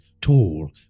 tall